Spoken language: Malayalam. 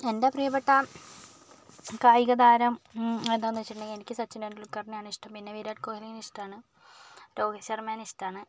എൻ്റെ പ്രിയപ്പെട്ട കായികതാരം ഏതാന്ന് ചോദിച്ചിട്ടുണ്ടെങ്കിൽ എനിക്ക് സച്ചിൻ ടെണ്ടുൽക്കർനെ ആണ് ഇഷ്ടം പിന്നെ വിരാട് കോഹ്ലിനെ ഇഷ്ടമാണ് രോഹിത് ശർമേനെ ഇഷ്ടമാണ്